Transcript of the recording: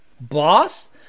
Boss